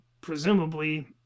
presumably